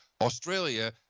Australia